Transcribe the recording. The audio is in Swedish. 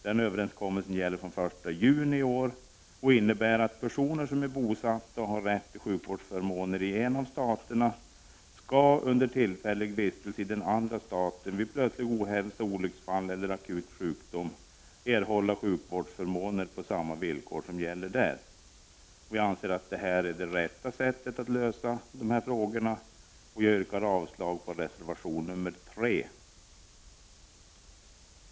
Den överenskommelsen gäller från den 1 juni i år och innebär att personer som är bosatta och har rätt till sjukvårdsförmåner i en av staterna skall, under tillfällig vistelse i den andra staten, vid plötslig ohälsa, olycksfall eller akut sjukdom erhålla sjukvårdsförmån på samma villkor som gäller där. Vi anser att dessa frågor skall lösas på det sättet. Jag yrkar avslag på reservation nr 3.